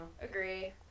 Agree